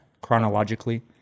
chronologically